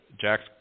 Jack's